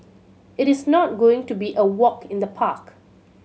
it is not going to be a walk in the park